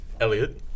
Elliot